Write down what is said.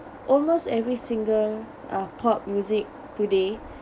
almost every single uh pop music today